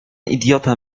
idiota